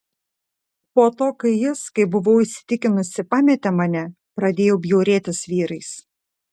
po to kai jis kaip buvau įsitikinusi pametė mane pradėjau bjaurėtis vyrais